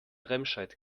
remscheid